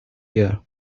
here